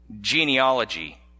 Genealogy